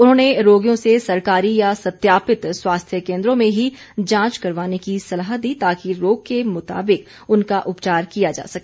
उन्होंने रोगियों से सरकारी या सत्यापित स्वास्थ्य केंद्रों में ही जांच करवाने की सलाह दी ताकि रोग के मुताबिक उनका उपचार किया जा सके